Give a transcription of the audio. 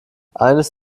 eines